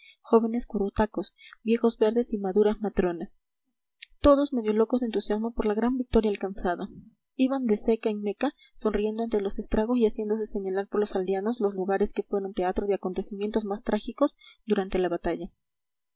jóvenes currutacos viejos verdes y maduras matronas todos medio locos de entusiasmo por la gran victoria alcanzada iban de ceca en meca sonriendo ante los estragos y haciéndose señalar por los aldeanos los lugares que fueron teatro de acontecimientos más trágicos durante la batalla